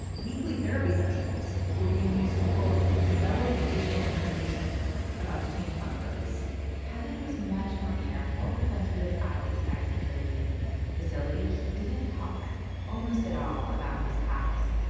weekly therapy sessions were being used to, quote, develop additional information about detained migrants kevin was much more careful when he was at this high security facility. he didn't talk almost at all about his past,